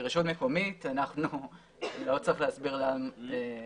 היא רשות מקומית ולא צריך להסביר מה זאת